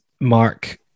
Mark